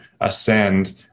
ascend